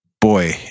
boy